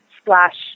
splash